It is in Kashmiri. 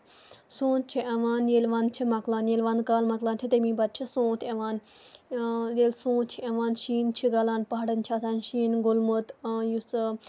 سونٛت چھِ یِوان ییٚلہِ وَندٕ چھِ مۄکلان ییٚلہِ وَندٕ کال مۄکلان چھِ تَمی پَتہٕ چھِ سونٛت یوان ییٚلہِ سونٛت چھِ یِوان شیٖن چھُ گَلان پہاڑن چھِ آسان شیٖن گولمُت یُس